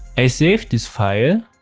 i save this file,